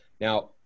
Now